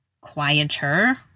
quieter